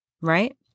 right